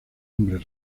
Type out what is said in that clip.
hombre